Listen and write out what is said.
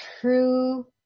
true